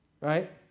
Right